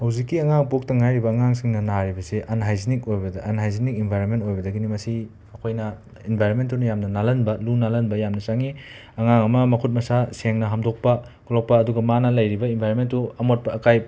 ꯍꯧꯖꯤꯛꯀꯤ ꯑꯉꯥꯡ ꯄꯣꯛꯇ ꯉꯥꯏꯔꯤꯕ ꯑꯉꯥꯡꯁꯤꯡꯅ ꯅꯥꯔꯤꯕꯁꯤ ꯑꯟꯍꯥꯏꯖꯤꯅꯤꯛ ꯑꯣꯏꯕꯗ ꯑꯟꯍꯥꯏꯖꯤꯅꯤꯛ ꯏꯟꯕꯥꯏꯔꯣꯃꯦꯟ ꯑꯣꯏꯕꯗꯒꯤꯅꯤ ꯃꯁꯤ ꯑꯩꯈꯣꯏꯅ ꯏꯟꯕꯥꯏꯔꯣꯟꯃꯦꯟꯇꯨꯅ ꯌꯥꯝꯅ ꯅꯥꯜꯍꯟꯕ ꯂꯨ ꯅꯥꯜꯍꯟꯕ ꯌꯥꯝꯅ ꯆꯪꯏ ꯑꯉꯥꯡ ꯑꯃ ꯃꯈꯨꯠ ꯃꯁꯥ ꯁꯦꯡꯅ ꯍꯥꯝꯗꯣꯛꯄ ꯈꯣꯠꯄ ꯑꯗꯨꯒ ꯃꯥꯅ ꯂꯩꯔꯤꯕ ꯏꯟꯕꯥꯏꯔꯣꯟꯃꯦꯟꯇꯨ ꯑꯃꯣꯠ ꯑꯀꯥꯏ